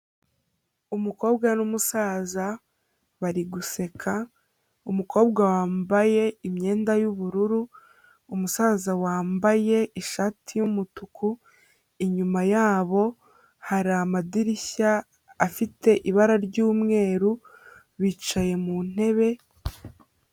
Umukobwa n'umusaza bari guseka, umukobwa wambaye imyenda y'ubururu, umusaza wambaye ishati y'umutuku, inyuma yabo hari amadirishya afite ibara ry'umweru, bicaye mu ntebe.